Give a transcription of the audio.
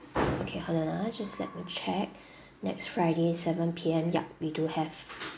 okay hold on ah just let me check next friday seven P_M yup we do have